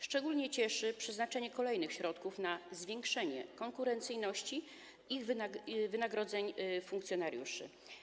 Szczególnie cieszy przeznaczenie kolejnych środków na zwiększenie konkurencyjności wynagrodzeń funkcjonariuszy.